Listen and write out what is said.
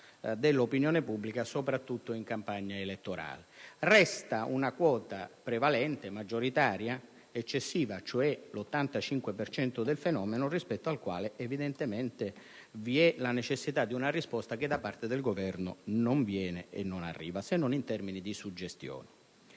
dell'opinione pubblica, soprattutto in campagna elettorale. Resta però una quota prevalente, maggioritaria, eccessiva, vale a dire l'85 per cento del fenomeno, rispetto al quale vi è la necessità di una risposta che da parte del Governo non arriva, se non in termini di suggestione.